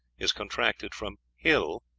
is contracted from hill,